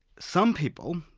some people,